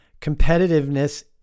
competitiveness